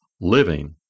living